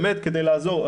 באמת כדי לעזור.